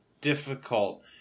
difficult